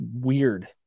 weird